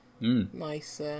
Nice